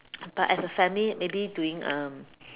but as a family maybe doing um